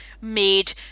made